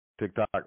TikTok